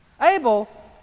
Abel